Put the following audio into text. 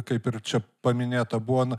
kaip ir čia paminėta buvo na